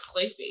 Clayface